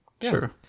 Sure